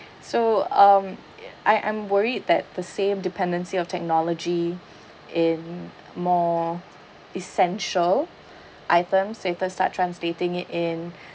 so um ya I am worried that the same dependency of technology in more essential item status start translating it in